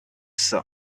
some